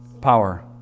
power